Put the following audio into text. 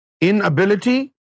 Inability